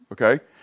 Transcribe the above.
okay